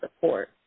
support